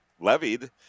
levied